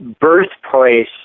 birthplace